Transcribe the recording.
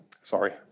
sorry